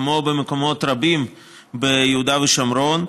כמו במקומות רבים ביהודה ושומרון.